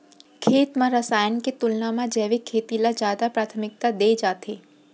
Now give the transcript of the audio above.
खेत मा रसायन के तुलना मा जैविक खेती ला जादा प्राथमिकता दे जाथे